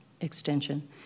extension